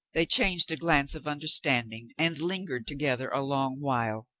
they changed a glance of understanding and lingered together a long while.